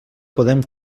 podem